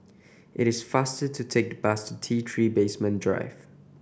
it is faster to take the bus T Three Basement Drive